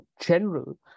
general